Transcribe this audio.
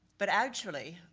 but actually,